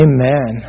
Amen